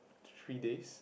three days